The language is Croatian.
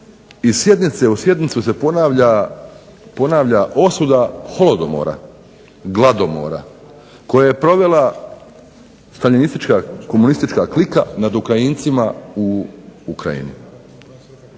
u sjednicu se ponavlja osuda holodomora, gladomora koje je provela staljinistička, komunistička klika nad Ukrajincima u Ukrajini